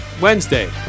Wednesday